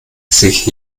sich